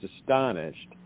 astonished